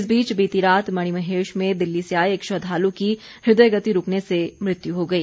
इस बीच बीती रात मणिमहेश में दिल्ली से आए एक श्रद्वालु की हृदय गति रूकने से मृत्यु हो गई